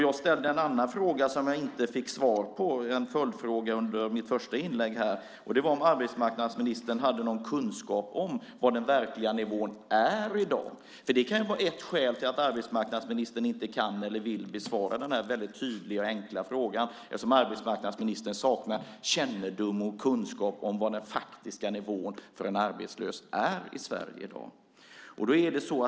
Jag ställde en annan fråga som jag inte fick svar på. Det var en följdfråga i mitt första inlägg. Det var: Har arbetsmarknadsministern någon kunskap om var den verkliga nivån ligger i dag? Ett skäl till att arbetsmarknadsministern inte kan eller vill besvara den här väldigt tydliga och enkla frågan kan vara att arbetsmarknadsministern saknar kännedom och kunskap om var den faktiska nivån för en arbetslös ligger i Sverige i dag.